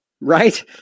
right